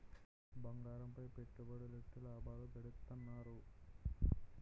బంగారంపై పెట్టుబడులెట్టి లాభాలు గడిత్తన్నారు